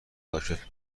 داشت